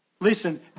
Listen